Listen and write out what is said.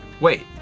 Wait